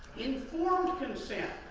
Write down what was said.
informed consent.